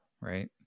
right